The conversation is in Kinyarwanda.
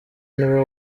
niwe